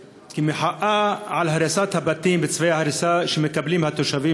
במחאה על הריסת בתים וצווי ההריסה שמקבלים שם התושבים,